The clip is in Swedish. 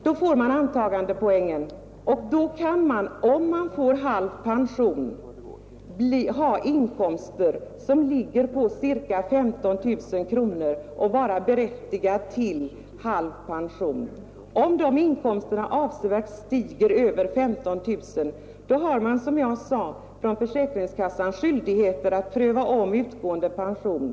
På det här sättet beräknas antagandepoängen. Om man nu får halv pension, kan man ha inkomster som ligger på ca 15 000 kronor, dvs. hälften av 30 000 kronor, och ändå vara berättigad att behålla pensionen. Om inkomsterna stiger avsevärt över 15 000 kronor, har försäkringskassan — som jag sade — skyldighet att ompröva utgående pension.